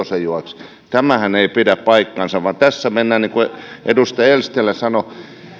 juojiksi tämähän ei pidä paikkaansa vaan niin kuin edustaja eestilä sanoi